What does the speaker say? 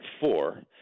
four